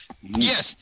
Yes